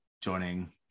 joining